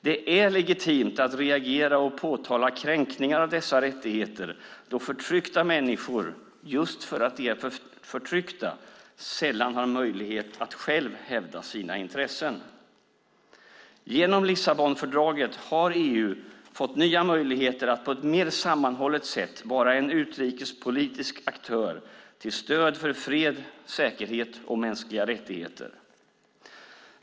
Det är legitimt att reagera och påtala kränkningar av dessa rättigheter då förtryckta människor - just därför att de är förtryckta - sällan har möjlighet att själva hävda sina intressen. Genom Lissabonfördraget har EU fått nya möjligheter att på ett mer sammanhållet sätt vara en utrikespolitisk aktör till stöd för fred, säkerhet och mänskliga rättigheter.